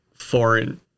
Foreign